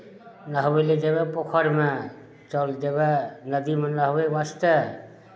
नहबय लेल जेबे पोखरिमे चल जेबे नदीमे नहबै वास्ते